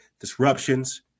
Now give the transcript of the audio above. disruptions